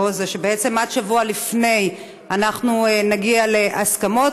שבעצם עד שבוע לפני אנחנו נגיע להסכמות,